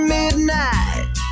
midnight